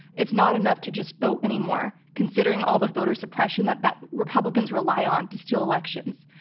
it's not enough to just vote anymore considering all the voter suppression that that republicans rely on to steal elections.